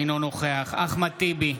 אינו נוכח אחמד טיבי,